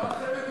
לא בזה מדובר.